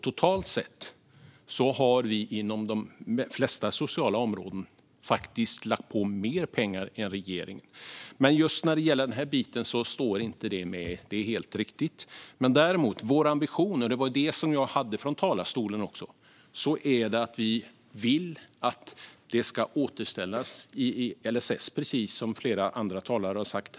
Totalt sett har vi inom de flesta sociala områden lagt på mer pengar än regeringen. Det är dock helt riktigt att just detta inte står med. Men vår ambition, som jag lyfte fram i talarstolen, är att detta ska återställas i LSS, precis som flera andra talare har sagt.